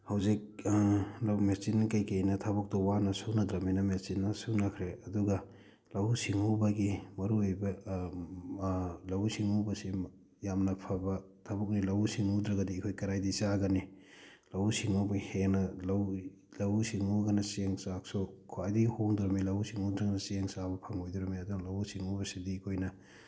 ꯍꯧꯖꯤꯛ ꯂꯧ ꯃꯦꯆꯤꯟ ꯀꯩꯀꯩꯅ ꯊꯕꯛꯇꯨ ꯋꯥꯅ ꯁꯨꯅꯗ꯭ꯔꯝꯅꯤꯅ ꯃꯦꯆꯤꯟꯅ ꯁꯨꯅꯈ꯭ꯔꯦ ꯑꯗꯨꯒ ꯂꯧꯎ ꯁꯤꯡꯎꯕꯒꯤ ꯃꯔꯨꯑꯣꯏꯕ ꯂꯧꯎ ꯁꯤꯡꯎꯕꯁꯦ ꯌꯥꯝꯅ ꯐꯕ ꯊꯕꯛꯅꯤ ꯂꯧꯎ ꯁꯤꯡꯎꯗ꯭ꯔꯒꯗꯤ ꯑꯩꯈꯣꯏ ꯀꯔꯥꯏꯗꯒꯤ ꯆꯥꯒꯅꯤ ꯂꯧꯎ ꯁꯤꯡꯎꯕꯩ ꯍꯦꯟꯅ ꯂꯧ ꯂꯧꯎ ꯁꯤꯡꯎꯒꯅ ꯆꯦꯡ ꯆꯥꯛꯁꯨ ꯈ꯭ꯋꯥꯏꯗꯒꯤ ꯍꯣꯡꯗꯣꯔꯤꯝꯅꯤ ꯂꯧꯎ ꯁꯤꯡꯎꯗ꯭ꯔꯒꯅ ꯆꯦꯡ ꯆꯥꯕ ꯐꯪꯉꯣꯏꯗꯧꯔꯤꯕꯅꯤ ꯑꯗꯨꯅ ꯂꯧꯎ ꯁꯤꯡꯎꯕꯁꯤꯗꯤ ꯑꯩꯈꯣꯏꯅ